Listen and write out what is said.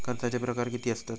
कर्जाचे प्रकार कीती असतत?